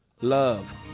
Love